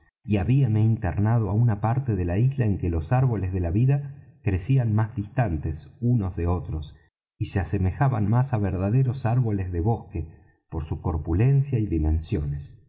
y habíame internado á una parte de la isla en que los árboles de la vida crecían más distantes unos de otros y se asemejaban más á verdaderos árboles de bosque por su corpulencia y dimensiones